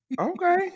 Okay